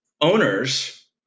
owners